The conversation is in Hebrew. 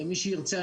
מי שירצה,